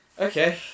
Okay